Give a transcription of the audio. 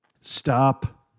Stop